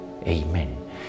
Amen